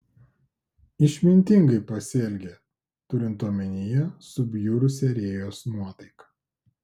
išmintingai pasielgė turint omenyje subjurusią rėjos nuotaiką